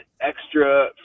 extra